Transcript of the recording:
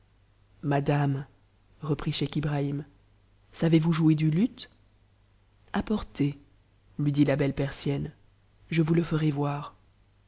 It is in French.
madame reprit scheich ibrahim savez-vous jouer du luth apportez luiditia belle persienne je vous le ferai voir